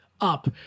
up